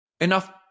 enough